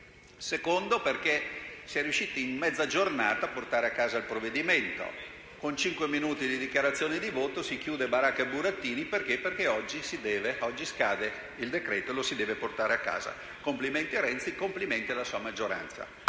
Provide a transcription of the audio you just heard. luogo, perché sono riusciti in mezza giornata a portare a casa il provvedimento. Con cinque minuti di dichiarazioni di voto si chiude infatti baracca e burattini, perché oggi il decreto-legge scade e lo si deve portare a casa. Complimenti a Renzi e complimenti alla sua maggioranza,